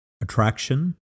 attraction